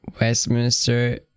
Westminster